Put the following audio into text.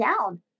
down